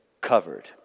covered